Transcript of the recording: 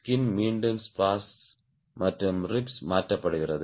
skin மீண்டும் spars மற்றும் ribs மாற்றப்படுகிறது